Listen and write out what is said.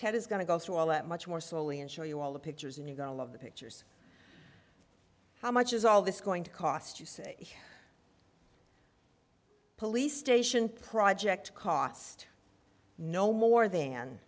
ted is going to go through all that much more slowly and show you all the pictures and you're going to love the pictures how much is all this going to cost you say police station project cost no more than